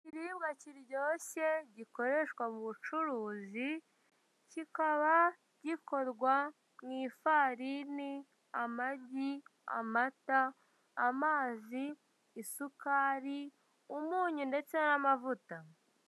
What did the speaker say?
Ikibwa kiryoshye gikoreshwa mu bucuruzi, kikaba gikorwa mu ifarini, amagi, amata, amazi, isukari, umunyu ndetse n'amavuta.